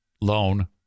loan